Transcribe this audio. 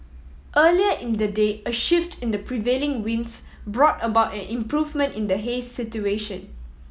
earlier in the day a shift in the prevailing winds brought about an improvement in the haze situation